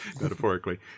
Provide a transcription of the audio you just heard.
metaphorically